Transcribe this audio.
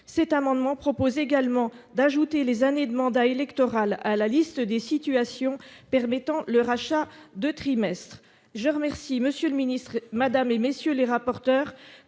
cet amendement tend également à ajouter les années de mandat électoral à la liste des situations permettant le rachat de trimestres. Je remercie M. le ministre, ainsi que Mme et M. les rapporteurs